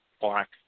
black